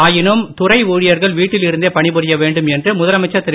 ஆயினும் துறை ஊழியர்கள் வீட்டில் இருந்தே பணிபுரிய வேண்டும் என்று முதலமைச்சர் திரு